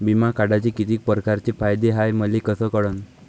बिमा काढाचे कितीक परकारचे फायदे हाय मले कस कळन?